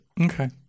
okay